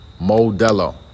Modelo